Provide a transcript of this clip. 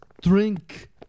drink